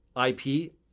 IP